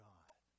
God